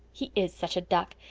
he is such a duck.